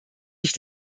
sich